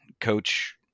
coach